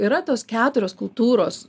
yra tos keturios kultūros